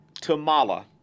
Tamala